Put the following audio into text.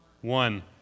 One